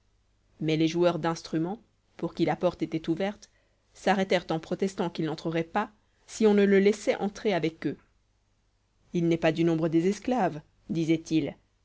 mais les joueurs d'instruments pour qui la porte était ouverte s'arrêtèrent en protestant qu'ils n'entreraient pas si on ne le laissait entrer avec eux il n'est pas du nombre des esclaves disaient-ils